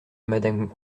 madame